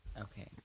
Okay